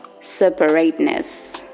separateness